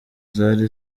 zari